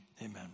Amen